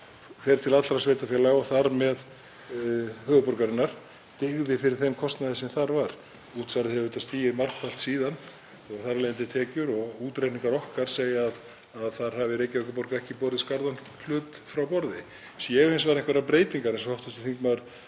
fer til allra sveitarfélaga, og þar með höfuðborgarinnar, dygði fyrir þeim kostnaði sem þar var. Útsvarið hefur stigið margfalt síðan og þar af leiðandi einnig tekjur. Útreikningar okkar segja að þar hafi Reykjavíkurborg ekki borið skarðan hlut frá borði. Séu hins vegar einhverjar breytingar, eins og hv. þingmaður